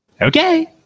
Okay